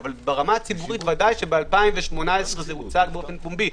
אבל ברמה הציבורית ודאי שב-2018 זה הוצג באופן פומבי.